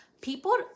People